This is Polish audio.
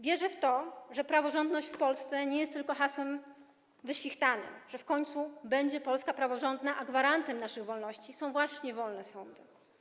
Wierzę w to, że praworządność w Polsce nie jest tylko wyświechtanym hasłem, że w końcu będzie Polska praworządna, a gwarantem naszych wolności są właśnie wolne sądy.